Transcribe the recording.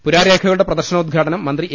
പുരാരേഖകളുടെ പ്രദർശനോദ്ഘാടനം മന്ത്രി എ